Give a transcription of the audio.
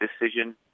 decision